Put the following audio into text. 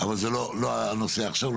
אבל זה לא הנושא עכשיו.